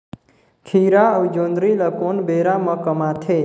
खीरा अउ जोंदरी ल कोन बेरा म कमाथे?